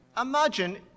imagine